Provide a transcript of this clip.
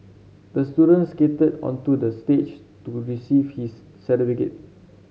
the student skated onto the stage to receive his certificate